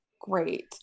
great